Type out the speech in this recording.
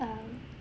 um